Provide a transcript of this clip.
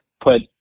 put